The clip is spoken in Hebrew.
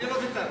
אני לא ויתרתי,